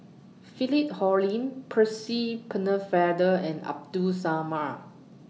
Philip Hoalim Percy Pennefather and Abdul Samad